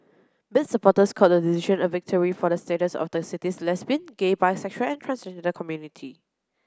bid supporters called the decision a victory for the status of the city's lesbian gay bisexual and transgender community